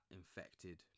infected